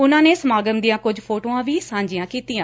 ਉਨੂਾ ਨੇ ਸਮਾਗਮ ਦੀਆਂ ਕੁਝ ਫੋਟੋਆਂ ਵੀ ਸਾਂਝੀਆਂ ਕੀਤੀਆਂ